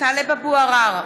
טלב אבו עראר,